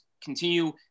continue